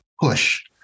push